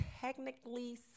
technically